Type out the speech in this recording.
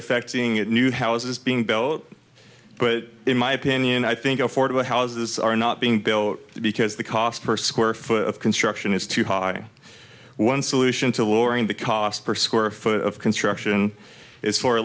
affecting it new houses being built but in my opinion i think affordable houses are not being built because the cost per square foot of construction is too high one solution to lorien the cost per square foot of construction is for